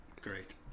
great